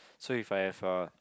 so if I have uh